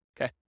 Okay